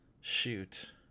shoot